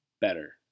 better